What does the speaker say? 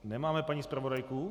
Nemáme paní zpravodajku?